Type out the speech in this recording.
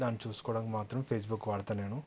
దాన్ని చూసుకోవడానికి మాత్రం ఫేస్బుక్ వాడుతాను నేను